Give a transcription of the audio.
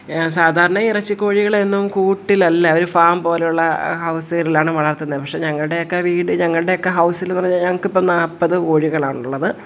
സാധാരണ ഇറച്ചി കോഴികളെ ഒന്നും കൂട്ടിലല്ല ഒരു ഫാം പോലുള്ള ആ വളർത്തുന്നത് പക്ഷേ ഞങ്ങടെയൊക്കെ വീട് ഞങ്ങടെയൊക്കെ ഹൗസെന്ന് പറഞ്ഞാൽ ഞങ്ങൾക്കിപ്പം നാൽപ്പത് കോഴികളാണുള്ളത്